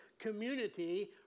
Community